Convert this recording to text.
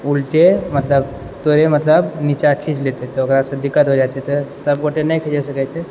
उलटे मतलब तोरे मतलब नीचा खीच लेतै तऽ ओकरासँ दिक्कत हो जाइ छै तऽ सबगोटे नहि खीच सकै छै